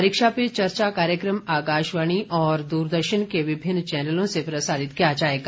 परीक्षा पे चर्चा कार्यक्रम आकाशवाणी और दूरदर्शन के विभिन्न चैनलों से प्रसारित किया जाएगा